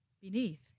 beneath